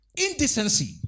Indecency